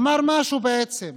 אמר משהו, בעצם,